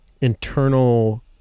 internal